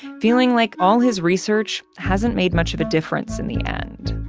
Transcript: feeling like all his research hasn't made much of a difference in the end.